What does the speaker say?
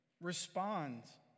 responds